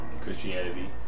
Christianity